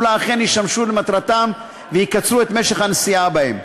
לה אכן ישמשו למטרתם ויקצרו את משך הנסיעה בהם.